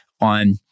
on